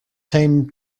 time